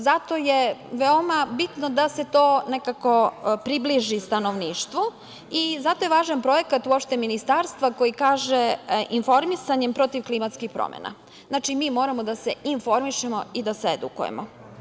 Z Zato je veoma bitno da se to nekako približi stanovništvu i zato je važan Projekat uopšte Ministarstva, koji kaže - informisanjem protiv klimatskih promena, znači, mi moramo da se informišemo i da se edukujemo.